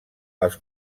els